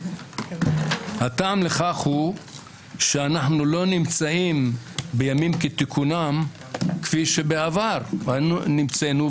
הטעם לכך שאנחנו לא נמצאים בימים תיקונם כפי שבעבר נמצאנו,